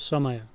समय